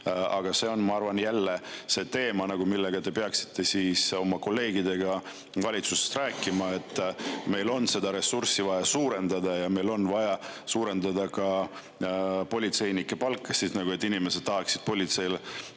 aga see on, ma arvan, jälle see teema, millest te peaksite oma kolleegidega valitsusest rääkima. Meil on seda ressurssi vaja suurendada ja meil on vaja suurendada ka politseinike palkasid, et inimesed tahaksid politseisse